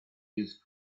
use